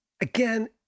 again